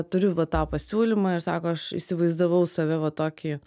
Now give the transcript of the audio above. turiu va tą pasiūlymą ir sako aš įsivaizdavau save va tokį